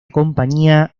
compañía